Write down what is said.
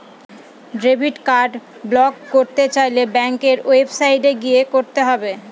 debit card block করতে চাইলে ব্যাঙ্কের ওয়েবসাইটে গিয়ে করতে হবে